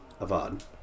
Avad